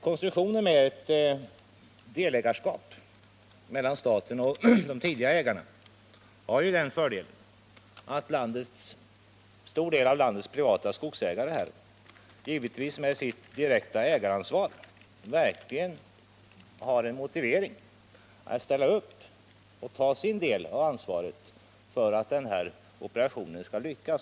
Konstruktionen med ett delägarskap mellan staten och de tidigare ägarna har den fördelen att en stor del av landets privata skogsägare därigenom verkligen får en motivering att ställa upp och ta sin del av ansvaret för att den här operationen skall lyckas.